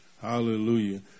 Hallelujah